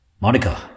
Monica